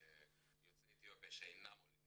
ליוצאי אתיופיה שאינם עולים,